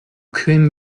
kämen